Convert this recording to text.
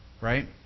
Right